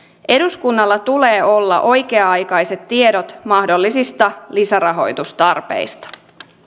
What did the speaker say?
eduskunnalla tulee olla oikea aikaiset tiedot mahdollisista lisärahoitustarpeista